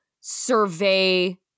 survey